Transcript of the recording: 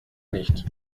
nicht